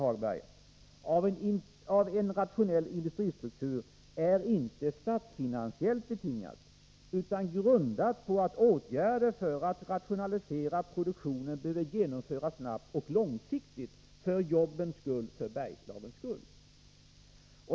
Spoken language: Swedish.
Samhällets intresse av en rationell industristruktur, herr Hagberg, är inte statsfinansiellt betingat utan grundas på att åtgärder för att rationalisera produktionen behöver genomföras snabbt och långsiktigt för jobbens skull och för Bergslagens skull.